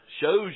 shows